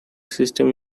systems